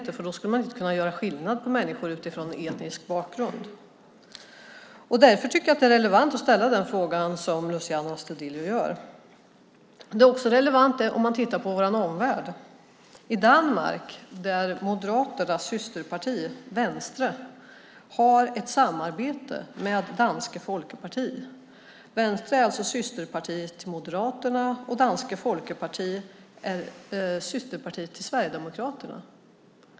Om man gjorde det skulle man inte kunna göra skillnad på människor utifrån etnisk bakgrund. Därför tycker jag att det är relevant att ställa den fråga som Luciano Astudillo ställer. Det är också relevant om man tittar på vår omvärld. I Danmark har Moderaternas systerparti Venstre ett samarbete med Dansk folkeparti. Venstre är alltså systerparti till Moderaterna, och Dansk folkeparti är systerparti till Sverigedemokraterna.